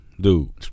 Dude